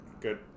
good